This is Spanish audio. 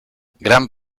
gran